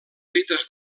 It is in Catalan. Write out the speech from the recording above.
litres